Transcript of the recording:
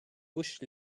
bush